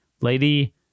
Lady